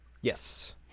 Yes